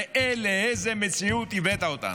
ראה לאיזו מציאות הבאת אותנו.